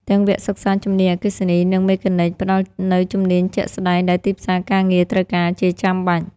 ទាំងវគ្គសិក្សាជំនាញអគ្គិសនី និងមេកានិក ផ្តល់នូវជំនាញជាក់ស្តែងដែលទីផ្សារការងារត្រូវការជាចាំបាច់។